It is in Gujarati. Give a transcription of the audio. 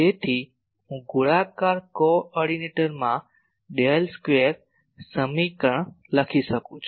તેથી હું ગોળાકાર કો ઓર્ડીનેટરમાં ડેલ સ્કવેર સમીકરણ લખી શકું છું